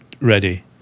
ready